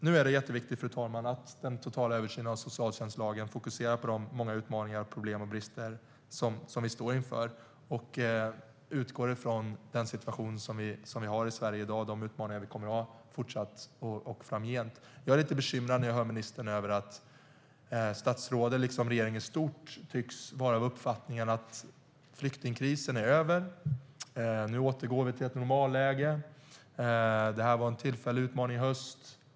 Nu är det jätteviktigt, fru talman, att den totala översynen av socialtjänstlagen fokuserar på de många utmaningar, problem och brister som vi står inför och att den utgår från den situation som vi har i Sverige i dag och de utmaningar som vi kommer att ha fortsatt och framgent. Jag blir lite bekymrad när jag hör att statsrådet liksom regeringen i stort tycks vara av uppfattningen att flyktingkrisen är över. "Nu återgår vi till ett normalläge. Det var en tillfällig utmaning i höstas.